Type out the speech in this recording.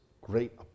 great